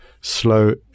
slow